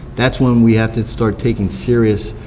that's when we have to start taking serious,